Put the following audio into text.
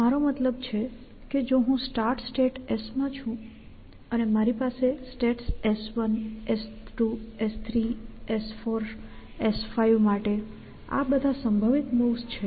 મારો મતલબ કે જો હું સ્ટાર્ટ સ્ટેટ S માં છું અને મારી પાસે states S1 S2 S3 S4 S5 માટે આ બધા સંભવિત મૂવ્સ છે